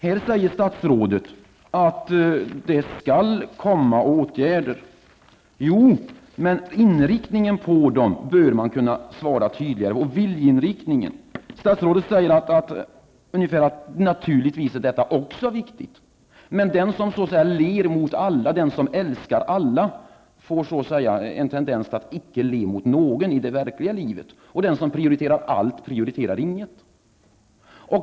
Här säger statsrådet att det skall komma åtgärder. Jo, men hon bör kunna svara tydligare om inriktningen på åtgärderna och viljeinriktningen. Statsrådet säger att detta naturligtvis också är viktigt, men den som ler mot alla, som älskar alla, har en tendens att icke le mot någon i det verkliga livet, och den som prioriterar allt prioriterar inget.